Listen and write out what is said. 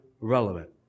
relevant